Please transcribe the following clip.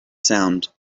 sound